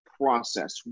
process